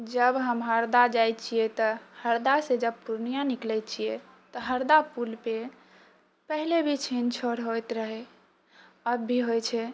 जब हम हरदा जाइ छिए तऽ हरदासँ जब पूर्णिया निकलै छिए तऽ हरदा पुलपर पहिले भी छीन छोर होइत रहै आबभी होइ छै